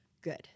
good